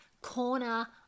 corner